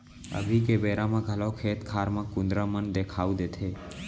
अभी के बेरा म घलौ खेत खार म कुंदरा मन देखाउ देथे